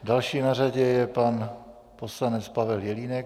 Další na řadě je pan poslanec Pavel Jelínek.